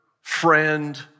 friend